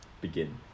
begin